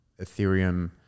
Ethereum